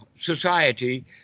society